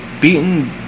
beaten